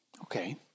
Okay